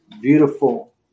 beautiful